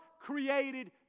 created